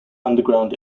underground